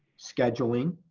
scheduling,